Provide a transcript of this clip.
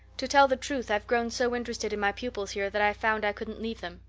to tell the truth, i've grown so interested in my pupils here that i found i couldn't leave them.